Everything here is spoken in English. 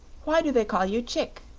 why do they call you chick?